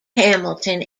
hamilton